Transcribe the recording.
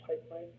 pipeline